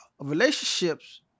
Relationships